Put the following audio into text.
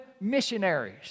missionaries